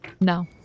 No